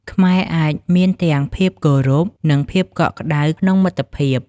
ខ្មែរអាចមានទាំងភាពគោរព និងភាពកក់ក្ដៅក្នុងមិត្តភាព។